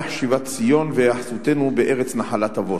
שיבת ציון והיאחזותנו בארץ נחלת אבות.